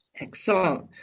Excellent